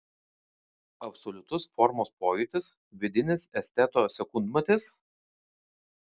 absoliutus formos pojūtis vidinis esteto sekundmatis